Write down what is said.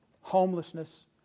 homelessness